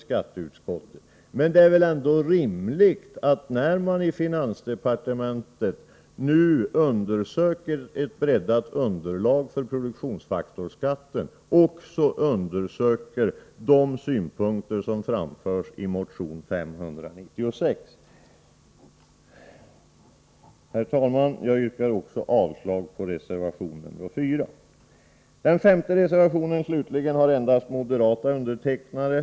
Däremot är det väl ändå rimligt, när man nu i finansdepartementet undersöker möjligheterna till ett breddat underlag för produktionsfaktorskatt, att också undersöka de synpunkter som framförts i motion 596. Herr talman! Jag yrkar också avslag på reservation nr 4. Den femte reservationen slutligen har endast moderata undertecknare.